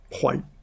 white